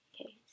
Okay